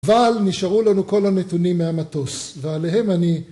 אבל נשארו לנו כל הנתונים מהמטוס ועליהם אני